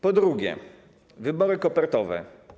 Po drugie, wybory kopertowe.